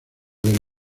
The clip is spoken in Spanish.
del